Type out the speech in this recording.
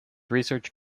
research